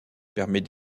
permet